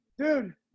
dude